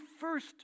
first